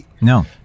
no